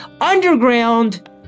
underground